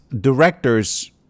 directors